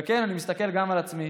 וכן, אני מסתכל גם על עצמי,